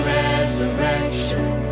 resurrection